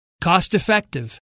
cost-effective